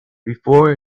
before